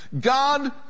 God